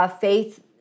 faith